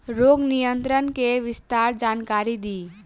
रोग नियंत्रण के विस्तार जानकारी दी?